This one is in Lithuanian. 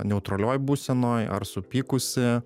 neutralioj būsenoj ar supykusi